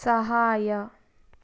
ಸಹಾಯ